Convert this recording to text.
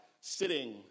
sitting